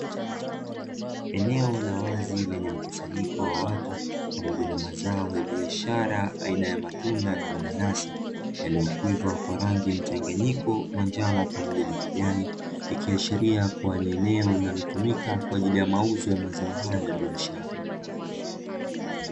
Eneo la wazi lenye mkusanyiko wa watu, pamoja na mazao ya biashara aina ya matunda ya nanasi. Yaliyokwiva kwa rangi ya mchanganyiko wa njano na kijani. Ikiashiria kuwa ni eneo linalotumika kwa ajili ya mauzo ya mazao hayo ya biashara.